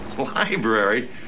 library